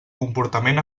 comportament